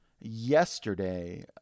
yesterday